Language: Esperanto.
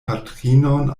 patrinon